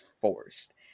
forced